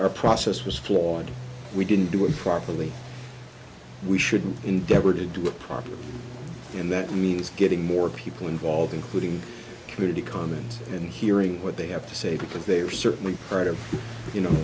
our process was flawed we didn't do it properly we should endeavor to do it properly and that means getting more people involved including community comments and hearing what they have to say because they are certainly heard of you know